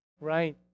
right